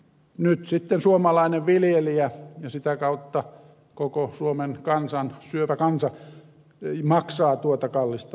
nyt sitten suomalainen viljelijä ja sitä kautta koko suomen syövä kansa maksaa tuota kallista laskua